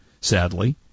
sadly